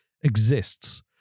exists